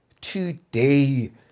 today